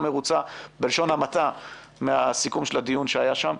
מרוצה בלשון המעטה מהסיכום של הדיון שהיה שם.